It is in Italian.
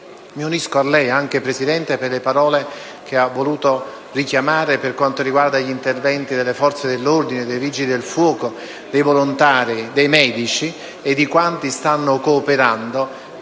Mi associo, signor Presidente, anche alle parole che ha voluto richiamare per quanto riguarda gli interventi delle Forze dell’ordine, dei Vigili del fuoco, dei volontari, dei medici e di quanti stanno cooperando